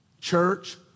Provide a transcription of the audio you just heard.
Church